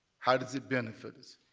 how does it benefit us?